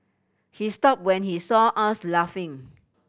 he stopped when he saw us laughing